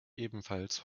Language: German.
ebenfalls